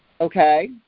Okay